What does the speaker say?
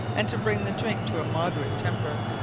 and to bring the drinke to a moderate temper.